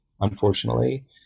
unfortunately